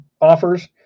offers